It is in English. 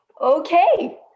Okay